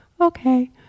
okay